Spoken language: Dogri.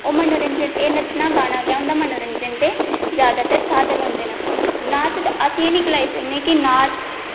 एह् नच्चना गाना केह् होंदा मनोरंजन दे जादैतर साधन होंदे न नाच अस एह् निं गलाई सकने कि नाच